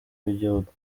w’igihugu